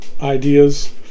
ideas